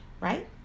right